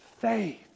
faith